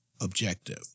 objective